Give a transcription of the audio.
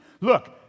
Look